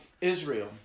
Israel